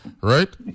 right